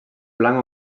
blanc